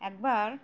একবার